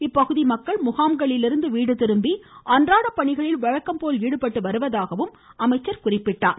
இப்பகுதி மக்கள் முகாம்களிலிருந்து வீடு திரும்பி அன்றாட பணிகளில் வழக்கம்போல் ஈடுபட்டு வருவதாகவும் அமைச்சர் குறிப்பிட்டார்